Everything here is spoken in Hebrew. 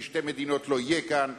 כי שתי מדינות לא יהיו כאן,